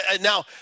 Now